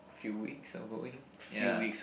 few weeks of going ya